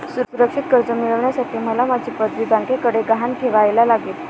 सुरक्षित कर्ज मिळवण्यासाठी मला माझी पदवी बँकेकडे गहाण ठेवायला लागेल